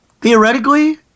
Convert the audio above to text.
Theoretically